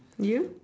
you